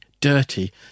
dirty